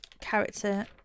character